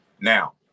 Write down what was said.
Now